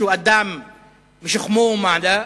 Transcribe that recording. שהוא אדם משכמו ומעלה,